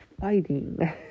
fighting